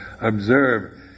observe